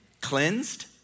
cleansed